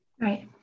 Right